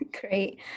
Great